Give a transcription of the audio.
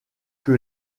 que